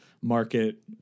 market